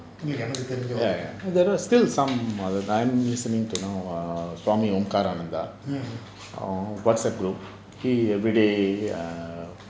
ya ya there are still some others I am listening to Swami Om Karananda om kaaranantha on WhatsApp group he everyday err